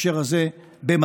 ובהקשר הזה במדים,